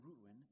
ruin